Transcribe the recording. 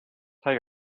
tell